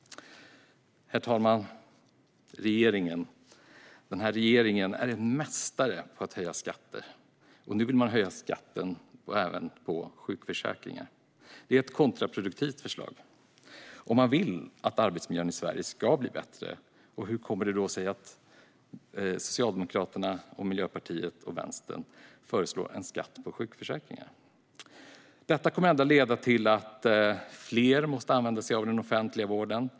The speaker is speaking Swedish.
Herr talman! Denna regering är en mästare på att höja skatter, och nu vill man höja skatten även på sjukförsäkringar. Det är ett kontraproduktivt förslag. Om man vill att arbetsmiljön i Sverige ska bli bättre, hur kommer det då sig att Socialdemokraterna, Miljöpartiet och Vänstern föreslår en skatt på sjukförsäkringar? Detta kommer endast att leda till att fler måste använda sig av den offentliga vården.